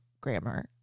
grammar